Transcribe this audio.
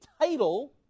title